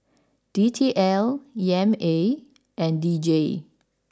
D T L E M A and D J